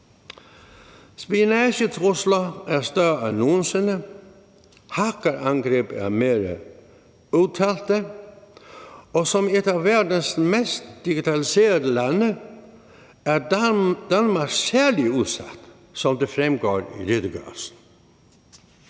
Spionagetruslerne er større end nogen sinde, hackerangreb er mere udtalte, og som et af verdens mest digitaliserede lande er Danmark særlig udsat, som det fremgår i redegørelsen.